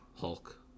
Hulk